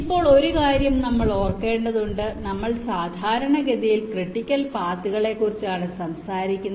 ഇപ്പോൾ ഒരു കാര്യം നമ്മൾ ഓർക്കേണ്ടതുണ്ട് നമ്മൾ സാധാരണഗതിയിൽ ക്രിട്ടിക്കൽ പാത്തുകളെക്കുറിച്ചാണ് സംസാരിക്കുന്നത്